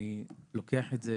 אני לוקח את זה